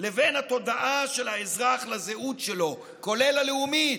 לבין התודעה של האזרח לזהות שלו, כולל הלאומית,